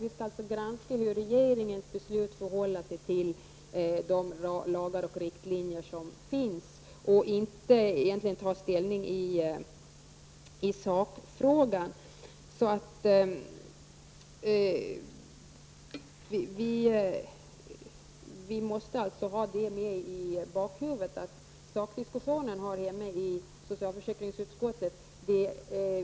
Vi skall således granska hur regeringens beslut förhåller sig till de lagar och riktlinjer som finns, och egentligen inte ta ställning i sakfrågor. Vi måste således ha med i bakhuvudet att sakdiskussionen hör hemma i socialförsäkringsutskottet.